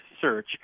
search